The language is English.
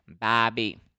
Bobby